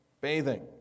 bathing